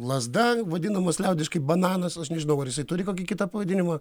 lazda vadinamas liaudiškai bananas aš nežinau ar jisai turi kokį kitą pavadinimą